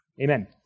Amen